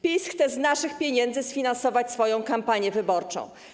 PiS chce z naszych pieniędzy sfinansować swoją kampanię wyborczą.